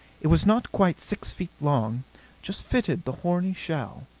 it was not quite six feet long just fitted the horny shell.